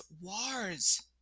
wars